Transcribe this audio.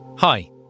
Hi